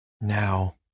Now